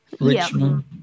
Richmond